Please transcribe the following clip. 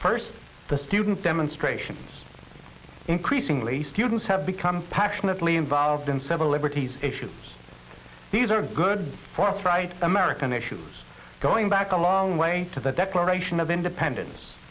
first the student demonstrations increasingly students have become passionately involved in civil liberties issues these are good for us right american issues going back a long way to the declaration of independence